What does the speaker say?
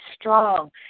strong